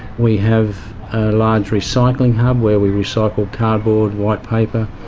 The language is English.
we have a large recycling hub where we recycle cardboard, white paper,